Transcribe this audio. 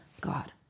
God